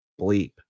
bleep